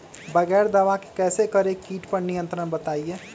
बगैर दवा के कैसे करें कीट पर नियंत्रण बताइए?